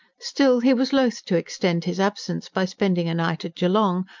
still, he was loath to extend his absence by spending a night at geelong,